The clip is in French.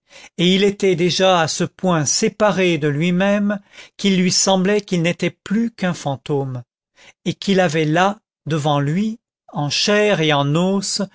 et il était déjà à ce point séparé de lui-même qu'il lui semblait qu'il n'était plus qu'un fantôme et qu'il avait là devant lui en chair et en os